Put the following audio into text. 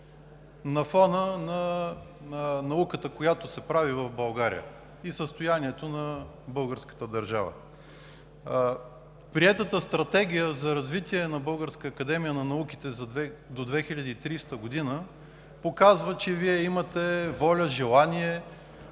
на фона на науката, която се прави в България, и състоянието на българската държава. Приетата Стратегия за развитие на Българската академия на науките до 2030 г. показва, че Вие имате воля, желание